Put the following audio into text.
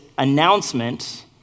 announcement